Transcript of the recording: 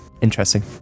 Interesting